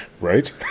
Right